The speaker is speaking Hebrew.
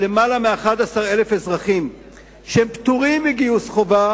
יותר מ-11,000 אזרחים שפטורים מגיוס חובה